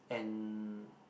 and